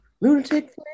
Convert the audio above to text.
Lunatic